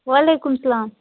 وعلیکُم اسلام